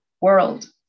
world